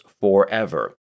forever